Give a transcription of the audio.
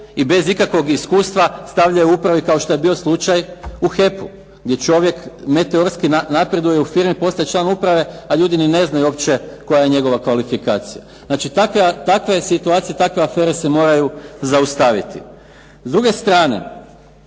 i bez ikakvog iskustva stavljaju u uprave kao što je bio slučaj u "HEP-u" gdje čovjek meteorski napreduje u firmi i postaje član uprave, a ljudi ni ne znaju uopće koja je njegova kvalifikacija. Znači takve situacije, takve afere se moraju zaustaviti.